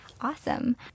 Awesome